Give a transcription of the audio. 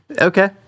Okay